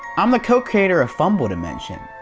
i'm the co-cater of fumble dimension,